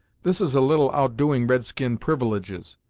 this is a little outdoing red-skin privileges.